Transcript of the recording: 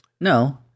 No